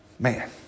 Man